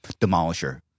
Demolisher